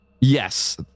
Yes